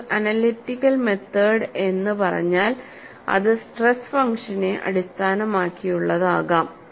നിങ്ങൾ analytical method എന്ന് പറഞ്ഞാൽ അത് സ്ട്രെസ് ഫംഗ്ഷനെ അടിസ്ഥാനമാക്കിയുള്ളതാകാം